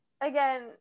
again